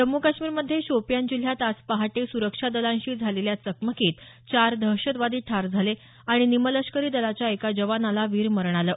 जम्मू कश्मीरमध्ये शोपियान जिल्ह्यात आज पहाटे सुरक्षा दलांशी झालेल्या चकमकीत चार दहशतवादी ठार झाले आणि निमलष्करी दलाच्या एक जवानाला वीरमरण आलं